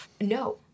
no